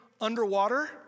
underwater